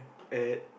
at